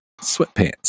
sweatpants